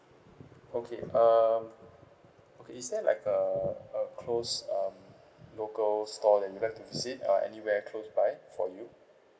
okay um okay is there like a a close um local store that you'd like to visit uh anywhere close by for you